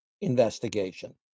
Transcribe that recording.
investigation